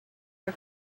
are